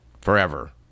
forever